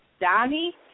Donnie